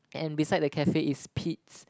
and beside the cafe is Pete's